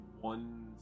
one